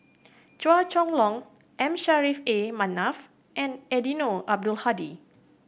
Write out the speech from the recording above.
Chua Chong Long M Saffri A Manaf and Eddino Abdul Hadi